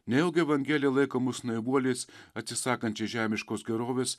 nejaugi evangelija laiko mus naivuoliais atsisakančia žemiškos gerovės